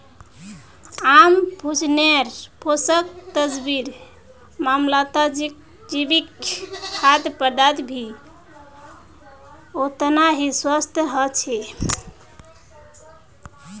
आम भोजन्नेर पोषक तत्वेर मामलाततजैविक खाद्य पदार्थ भी ओतना ही स्वस्थ ह छे